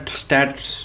stats